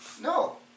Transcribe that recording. no